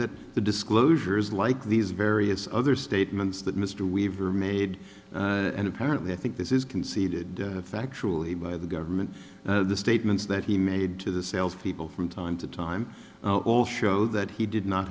that the disclosures like these various other statements that mr weaver made and apparently i think this is conceded factually by the government the statements that he made to the sales people from time to time show that he did not